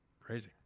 Crazy